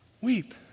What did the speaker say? weep